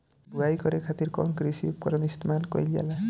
बुआई करे खातिर कउन कृषी उपकरण इस्तेमाल कईल जाला?